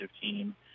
team